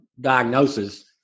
diagnosis